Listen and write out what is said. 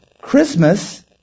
Christmas